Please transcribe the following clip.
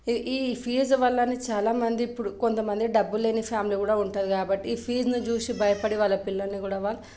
ఈ ఫీజు వల్ల చాలా మంది ఇప్పుడు కొంతమంది డబ్బు లేని ఫ్యామిలీ కూడా ఉంటుంది కాబట్టి ఈ ఫీజుని చూసి భయపడి వాళ్ళ పిల్లల్ని కూడా వాళ్ళు